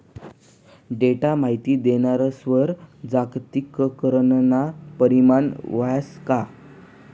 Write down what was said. Data माहिती देणारस्वर जागतिकीकरणना परीणाम व्हस का?